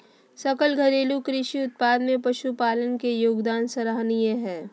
सकल घरेलू कृषि उत्पाद में पशुपालन के योगदान सराहनीय हइ